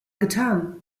getan